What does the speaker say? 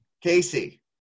Casey